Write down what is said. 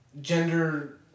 gender